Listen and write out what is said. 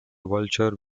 vulture